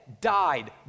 died